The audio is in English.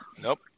Nope